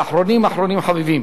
ואחרונים אחרונים חביבים,